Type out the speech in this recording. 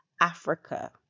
Africa